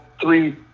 three